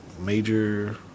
major